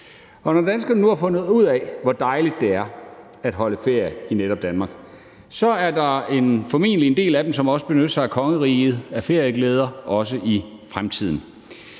Når danskerne nu har fundet ud af, hvor dejligt det er at holde ferie i netop Danmark, så er der formentlig en del af dem, som også benytter sig af kongeriget til ferieglæder i fremtiden.